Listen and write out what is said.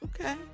Okay